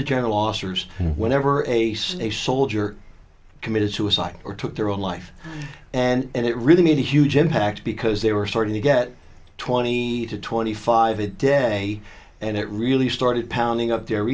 the general officers whenever a a soldier committed suicide or took their own life and it really need a huge impact because they were starting to get twenty to twenty five a day and it really started pounding up their